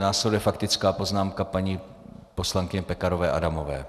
Následuje faktická poznámka paní poslankyně Pekarové Adamové.